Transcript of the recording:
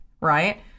right